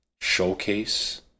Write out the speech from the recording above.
Showcase